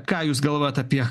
ką jūs galvojat apie